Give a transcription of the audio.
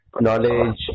knowledge